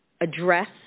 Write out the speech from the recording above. address